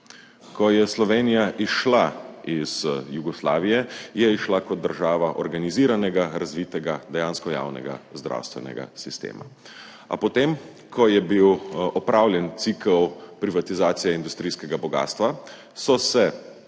Ko je Slovenija izšla iz Jugoslavije, je izšla kot država organiziranega, razvitega, dejansko javnega zdravstvenega sistema. A po tem, ko je bil opravljen cikel privatizacije industrijskega bogastva, so se